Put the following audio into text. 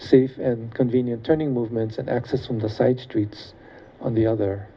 safe and convenient turning movements and access from the side streets on the other